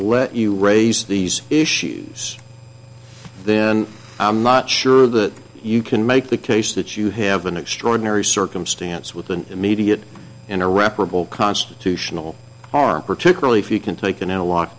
let you raise these issues then i'm not sure that you can make the case that you have an extraordinary circumstance with an immediate and irreparable constitutional harm particularly if you can take an analo